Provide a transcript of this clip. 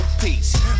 peace